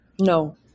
No